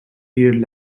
period